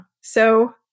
so-